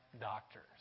doctors